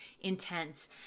intense